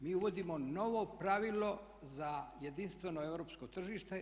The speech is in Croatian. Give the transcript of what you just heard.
Mi uvodimo novo pravilo za jedinstveno europsko tržište.